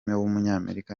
w’umunyamerika